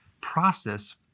process